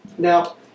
Now